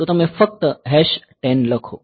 તો તમે ફક્ત 10 લખો